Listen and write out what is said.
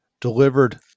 delivered